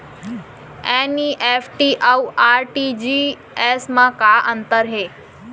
NEFT अऊ RTGS मा का अंतर हे?